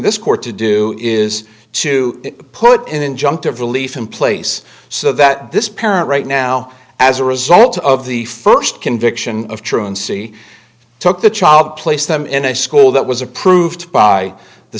this court to do is to put in injunctive relief in place so that this parent right now as a result of the st conviction of truancy took the child placed them in a school that was approved by the